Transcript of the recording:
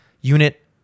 unit